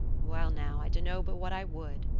well now, i dunno but what i would,